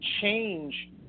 change